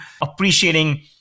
appreciating